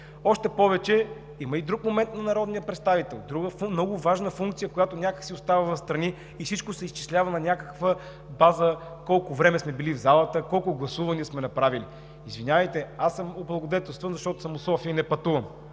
още повече че има и друг момент на народния представител, друга много важна функция, която някак си остава встрани и всичко се изчислява на база колко време сме били в залата, колко гласувания сме направили. Извинявайте, аз съм облагодетелстван, защото съм от София и не пътувам,